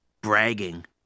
bragging